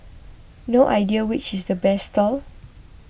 no idea which is the best stall